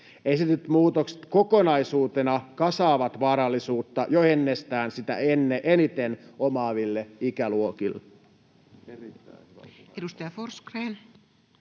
Esitetyt muutokset kokonaisuutena kasaavat varallisuutta jo ennestään sitä eniten omaaville ikäluokille.